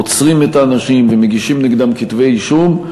עוצרים את האנשים ומגישים נגדם כתבי אישום,